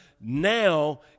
now